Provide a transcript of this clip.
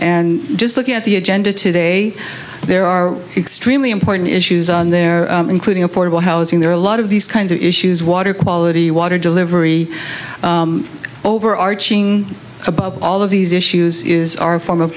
and just look at the agenda today there are extremely important issues on there including affordable housing there are a lot of these kinds of issues water quality water delivery overarching all of these issues is our form of